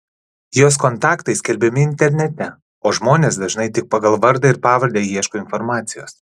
jos kontaktai skelbiami internete o žmonės dažnai tik pagal vardą ir pavardę ieško informacijos